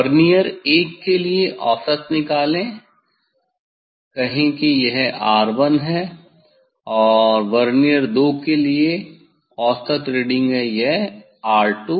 vernier 1 के लिए के लिए औसत निकालें कहें कि यह R1 है और वर्नियर 2 के लिए औसत रीडिंग है यह R2